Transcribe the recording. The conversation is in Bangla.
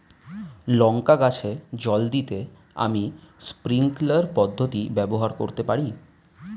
লঙ্কা গাছে জল দিতে আমি স্প্রিংকলার পদ্ধতি ব্যবহার করতে পারি?